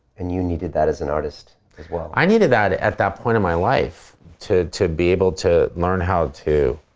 and you needed that as an artist as well. i needed that at my point in my life to to be able to learn how to